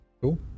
cool